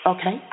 Okay